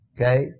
Okay